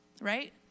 right